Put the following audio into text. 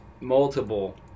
multiple